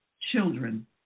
Children